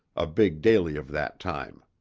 a big daily of that time.